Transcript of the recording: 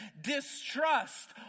distrust